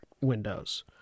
windows